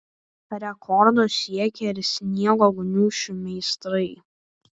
rekordo siekė ir sniego gniūžčių meistrai